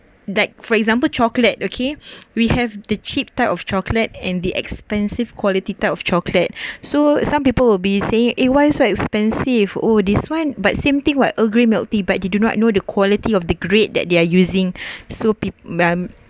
like for example chocolate okay we have the cheap type of chocolate and the expensive quality type of chocolate so some people will be say eh why so expensive oh this one but same thing what earl grey milk tea but they do not know the quality of the grade that they're using so pe~ um